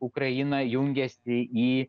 ukraina jungiasi į